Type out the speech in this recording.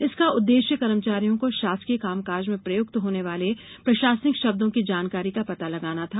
इसका उददेश्य कर्मचारियों को शासकीय कामकाज में प्रय्क्त होने वाले प्रशासनिक शब्दों की जानकारी का पता लगाना था